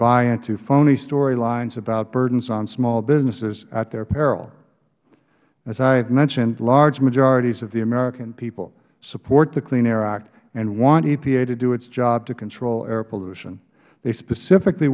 buy into phony story lines about burdens on small businesses at their peril as i have mentioned large majorities of the american people support the clean air act and want epa to do its job to control air pollution they specifically